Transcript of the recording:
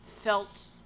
felt